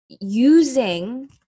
using